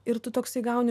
ir tu toksai gauni